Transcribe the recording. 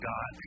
God